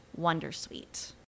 Wondersuite